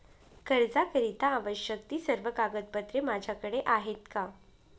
कर्जाकरीता आवश्यक ति सर्व कागदपत्रे माझ्याकडे आहेत का?